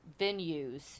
venues